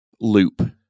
loop